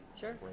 Sure